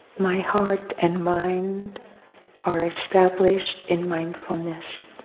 my heart and mind are established in mindfulness,